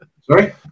sorry